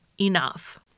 enough